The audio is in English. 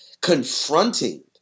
confronting